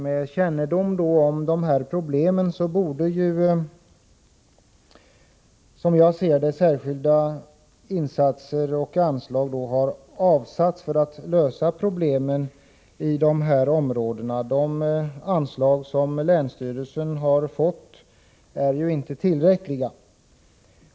Med kännedom om problemen borde regeringen, som jag ser det, ha avsatt medel för särskilda insatser för att lösa problemen i det här området. De anslag som länsstyrelserna fått är inte tillräckliga.